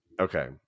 Okay